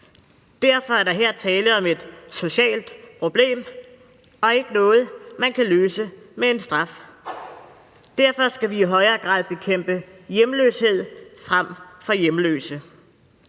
Derfor er der her tale om et socialt problem, og ikke om noget, man kan løse med en straf. Derfor skal vi i højere grad bekæmpe hjemløshed frem for hjemløse.